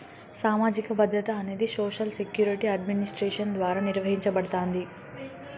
సామాజిక భద్రత అనేది సోషల్ సెక్యూరిటీ అడ్మినిస్ట్రేషన్ ద్వారా నిర్వహించబడతాంది